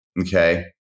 Okay